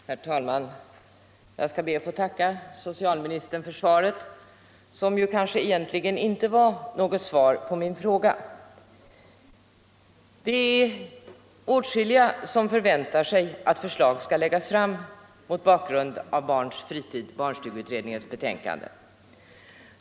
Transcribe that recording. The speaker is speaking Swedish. Herr talman! Jag skall be att få tacka socialministern för svaret, som kanske egentligen inte var något svar på min fråga. Det finns åtskilliga som förväntar sig att förslag skall läggas fram med anledning av Barns fritid, barnstugeutredningens betänkande.